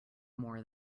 more